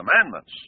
commandments